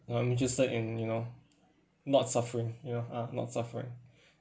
I'm interested in you know not suffering you know uh not suffering